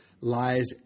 lies